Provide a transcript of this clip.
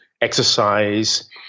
exercise